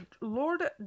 Lord